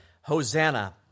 Hosanna